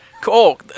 Cool